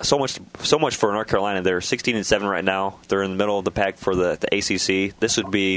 so much to so much for our carolina they're sixteen and seven right now they're in the middle of the pack for the a c c this would be